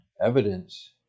evidence